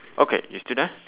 okay you still there